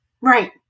Right